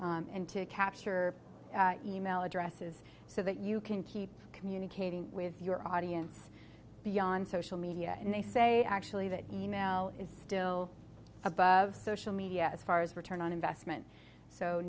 and to capture email addresses so that you can keep communicating with your audience beyond social media and they say actually that e mail is still above social media as far as return on investment so